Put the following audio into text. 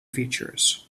features